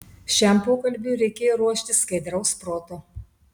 šiam pokalbiui reikėjo ruoštis skaidraus proto